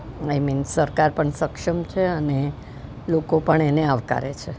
આઈ mean સરકાર પણ સક્ષમ છે અને લોકો પણ એને આવકારે છે